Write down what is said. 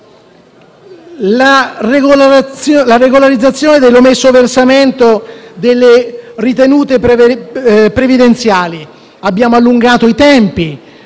regolazione dell'omesso versamento delle ritenute previdenziali (DURC), abbiamo allungato i tempi.